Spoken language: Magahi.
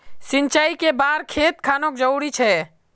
सिंचाई कै बार खेत खानोक जरुरी छै?